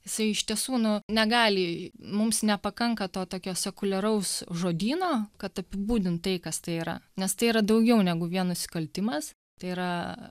jisai iš tiesų nu negali mums nepakanka to tokio sekuliaraus žodyno kad apibūdinti tai kas tai yra nes tai yra daugiau negu vien nusikaltimas tai yra